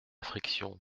frictions